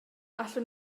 allwn